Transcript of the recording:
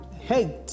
hate